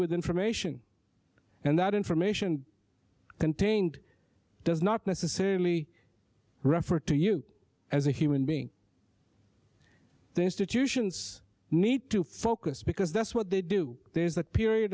with information and that information contained does not necessarily refer to you as a human being the institutions need to focus because that's what they do there's that period